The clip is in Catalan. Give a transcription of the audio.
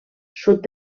sud